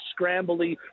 scrambly